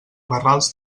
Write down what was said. barrals